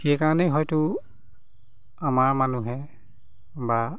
সেইকাৰণে হয়তো আমাৰ মানুহে বা